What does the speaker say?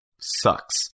sucks